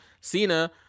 Cena